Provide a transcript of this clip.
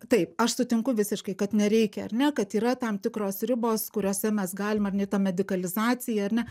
taip aš sutinku visiškai kad nereikia ar ne kad yra tam tikros ribos kuriose mes galim ar ne tą medikalizaciją ar ne